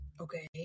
Okay